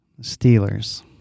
Steelers